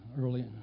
early